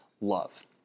love